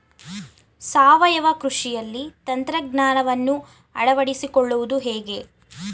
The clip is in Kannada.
ಸಾವಯವ ಕೃಷಿಯಲ್ಲಿ ತಂತ್ರಜ್ಞಾನವನ್ನು ಅಳವಡಿಸಿಕೊಳ್ಳುವುದು ಹೇಗೆ?